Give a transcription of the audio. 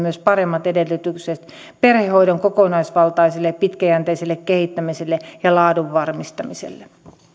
myös paremmat edellytykset perhehoidon kokonaisvaltaiselle ja pitkäjänteiselle kehittämiselle ja laadun varmistamiselle